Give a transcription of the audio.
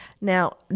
Now